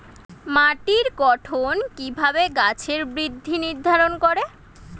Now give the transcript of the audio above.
মাটির গঠন কিভাবে গাছের বৃদ্ধি নির্ধারণ করে?